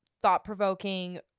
thought-provoking